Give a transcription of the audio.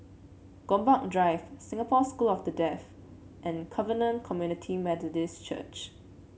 Gombak Drive Singapore School for the Deaf and Covenant Community Methodist Church